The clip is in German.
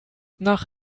nach